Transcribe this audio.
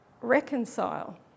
reconcile